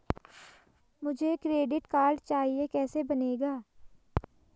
मुझे credit card चाहिए कैसे बनेगा?